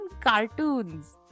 Cartoons